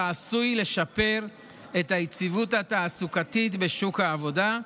שעשוי לשפר את היציבות התעסוקתית בשוק העבודה,